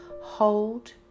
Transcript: hold